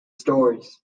stores